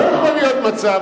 לא יכול להיות מצב,